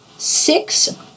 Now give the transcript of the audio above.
six